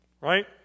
right